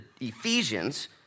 Ephesians